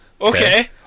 okay